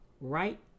right